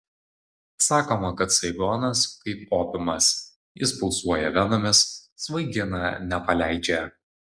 sakoma kad saigonas kaip opiumas jis pulsuoja venomis svaigina nepaleidžia